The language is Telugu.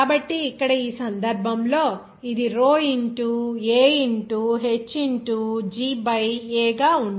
కాబట్టి ఇక్కడ ఈ సందర్భంలో ఇది rho into A into h into g by A గా ఉంటుంది